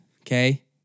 Okay